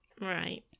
Right